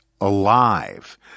alive